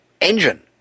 engine